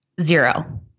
Zero